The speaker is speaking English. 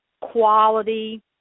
quality